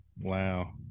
Wow